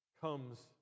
comes